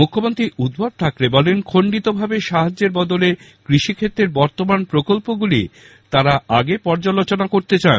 মুখ্যমন্ত্রী উদ্ধব ঠাকরে বলেন খন্ডিতভাবে সাহায্যের বদলে কৃষিক্ষেত্রের বর্তমান প্রকল্পগুলি তাঁরা আগে পর্যালোচনা করতে চান